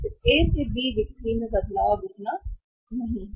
फिर ए से बी बिक्री में बदलाव अब उतना नहीं है